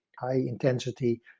high-intensity